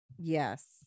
yes